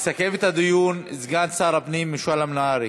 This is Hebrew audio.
יסכם את הדיון סגן שר הפנים משולם נהרי.